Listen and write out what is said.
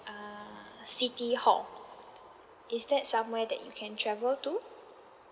uh city hall is that somewhere that you can travel to